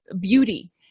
beauty